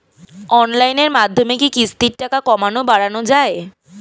অনলাইনের মাধ্যমে কি কিস্তির টাকা কমানো বাড়ানো যায়?